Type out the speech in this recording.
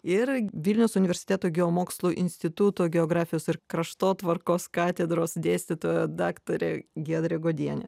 ir vilniaus universiteto geomokslų instituto geografijos ir kraštotvarkos katedros dėstytoja daktarė giedrė godienė